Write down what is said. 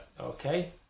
Okay